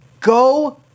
go